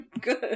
good